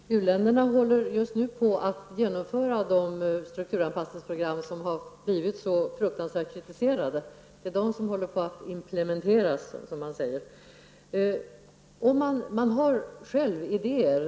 Herr talman! U-länderna håller just nu på att genomföra de strukturanpassningsprogram som blivit så fruktansvärt kritiserade. Det är de som håller på att implementeras. Man har även egna idéer.